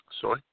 Sorry